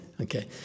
okay